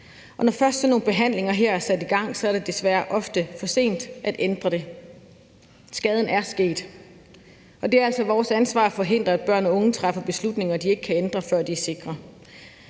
når først sådan nogle behandlinger her er sat i gang, er det desværre ofte for sent at ændre det. Skaden er sket, og det er altså vores ansvar at forhindre, at børn og unge træffer beslutninger, de ikke kan ændre, før de er sikre.